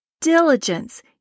diligence